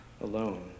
alone